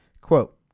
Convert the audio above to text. Quote